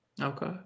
okay